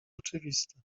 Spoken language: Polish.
oczywista